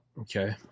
Okay